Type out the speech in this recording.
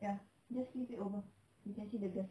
ya just flip it over you can see the girl